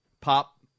pop